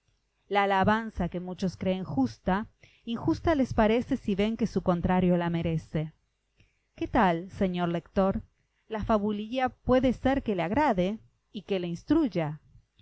la alabanza que muchos creen justa injusta les parece si ven que su contrario la merece qué tal señor lector la fabulilla puede ser que le agrade y que le instruya